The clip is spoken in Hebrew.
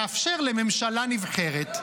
החוק מאפשר לממשלה נבחרת --- עזוב,